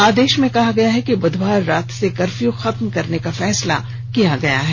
आदेश में कहा गया है कि बुधवार रात से कर्फ्यू खत्म करने का फैसला किया गया है